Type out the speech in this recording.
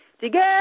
Together